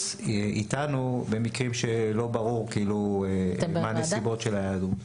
איתנו במקרים שלא ברור מה הנסיבות של ההיעדרות.